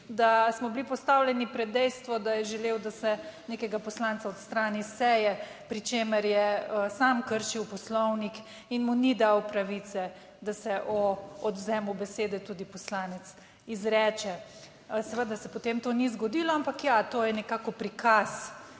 da smo bili postavljeni pred dejstvo, da je želel, da se nekega poslanca odstrani s seje, pri čemer je sam kršil poslovnik in mu ni dal pravice, da se o odvzemu besede tudi poslanec izreče. Seveda se potem to ni zgodilo, ampak ja, to je nekako prikaz